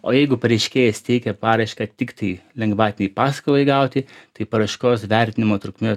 o jeigu pareiškėjas teikia paraišką tiktai lengvatinei paskolai gauti tai paraiškos vertinimo trukmė